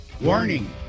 warning